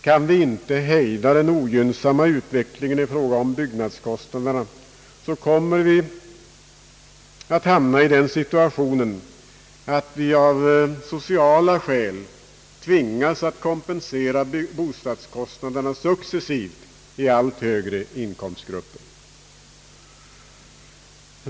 Kan vi inte hejda den ogynnsamma utvecklingen i fråga om byggnadskostnaderna kommer vi att hamna i den situationen att vi av sociala skäl tvingas att kompensera bostadskostnaderna successivt i allt högre inkomstgrupper.